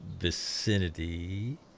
vicinity